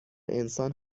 انسان